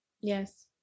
yes